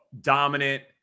dominant